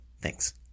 Thanks